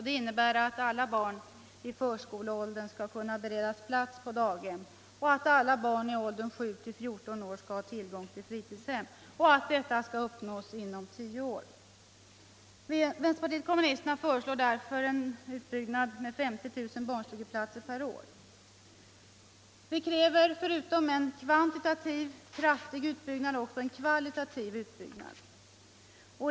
Det innebär att alla barn i förskoleåldern skall kunna beredas plats på daghem, att alla barn i åldern 7-14 år skall ha tillgång till fritidshem och att detta mål skall uppnås inom tio år. Vänsterpartiet kommunisterna föreslår därför en utbyggnad med 50 000 barnstugeplatser per år. Vi kräver förutom en kraftig kvantitativ utbyggnad också en kvalitativ utbyggnad.